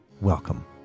welcome